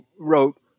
Wrote